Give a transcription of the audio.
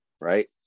right